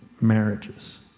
marriages